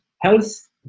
health